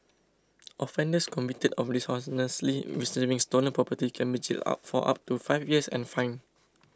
offenders convicted of dishonestly receiving stolen property can be jailed up for up to five years and fined